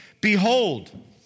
Behold